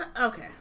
Okay